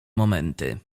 momenty